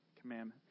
commandment